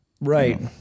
Right